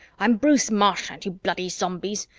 i'm bruce marchant, you bloody zombies.